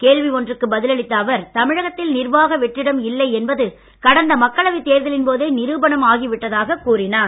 கேள்வி ஒன்றுக்கு பதில் அளித்த அவர் தமிழகத்தில் நிர்வாக வெற்றிடம் இல்லை என்பது கடந்த மக்களவை தேர்தலின் போதே நிரூபணம் ஆகிவிட்டதாக கூறினார்